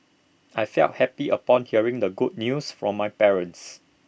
I felt happy upon hearing the good news from my parents